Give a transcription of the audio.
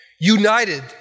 united